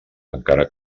encara